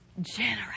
generous